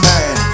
Man